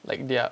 like their